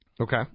Okay